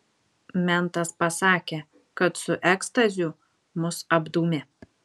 mentas pasakė kad su ekstazių mus apdūmė